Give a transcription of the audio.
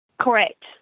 Correct